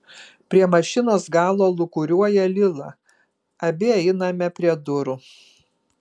prie mašinos galo lūkuriuoja lila abi einame prie durų